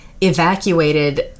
evacuated